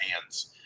hands